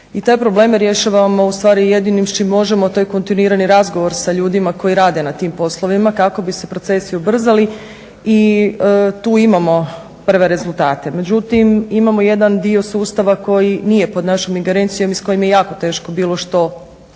i te probleme rješavamo u stvari jedinim s čim možemo to je kontinuirani razgovor sa ljudima koji rade na tim poslovima kako bi se procesi ubrzali i tu imamo prve rezultate. Međutim, imamo jedan dio sustava koji nije pod našom ingerencijom i s kojim je jako teško bilo što